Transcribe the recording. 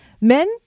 men